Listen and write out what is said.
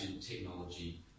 technology